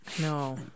No